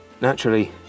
Naturally